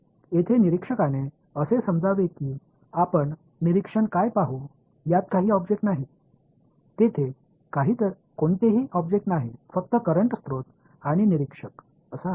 येथे निरीक्षकाने असे समजावे की आपण निरीक्षक काय पाहू यात काही ऑब्जेक्ट नाही तेथे कोणताही ऑब्जेक्ट नाही फक्त करंट स्त्रोत आणि निरीक्षक असा आहे